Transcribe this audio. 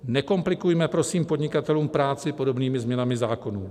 Nekomplikujme prosím podnikatelům práci podobnými změnami zákonů.